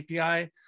API